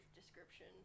description